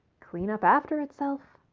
clean up after itself.